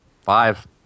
five